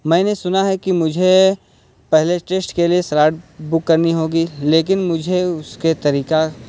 میں نے سنا ہے کہ مجھے پہلے ٹیسٹ کے لیے سلاٹ بک کرنی ہوگی لیکن مجھے اس کے طریقہ